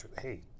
hey